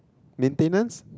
maintenance